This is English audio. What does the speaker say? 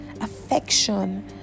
affection